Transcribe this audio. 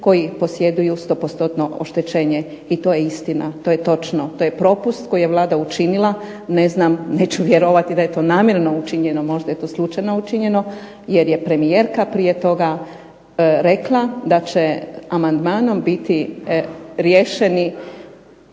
koji posjeduju sto postotno oštećenje i to je istina. To je točno. To je propust koji je Vlada učinila. Ne znam, neću vjerovati da je to namjerno učinjeno. Možda je to slučajno učinjeno, jer je premijerka prije toga rekla da će amandmanom biti riješeni